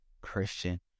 Christian